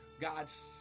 God's